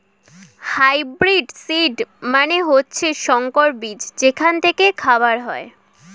hybrid seed মানে হচ্ছে সংকর বীজ যেখান থেকে খাবার হয়